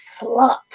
slut